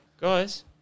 guys